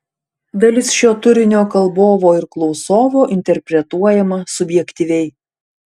dalis šio turinio kalbovo ir klausovo interpretuojama subjektyviai